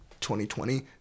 2020